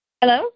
Hello